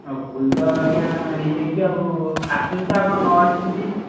ଆଉ ଭୁଲ ତ ଆଜ୍ଞା ହେଇଯାଇଛି ଆଉ ଆସୁଛି ତ ଆଉ କ'ଣ ନ ଆସୁଛି କି